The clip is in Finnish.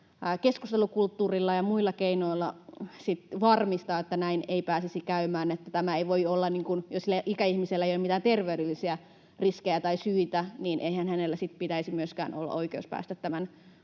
keskustelukulttuurilla ja muilla keinoilla varmistaa, että näin ei pääsisi käymään. Jos ikäihmisellä ei ole mitään terveydellisiä riskejä tai syitä, niin eihän hänellä sitten pitäisi myöskään olla oikeutta päästä tämän